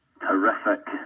terrific